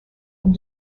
and